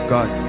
God